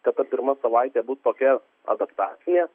kad ta pirma savaitė bus tokia adaptacija